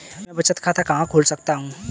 मैं बचत खाता कहाँ खोल सकता हूँ?